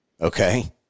Okay